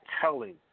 telling